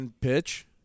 pitch